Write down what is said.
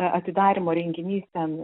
a atidarymo renginys ten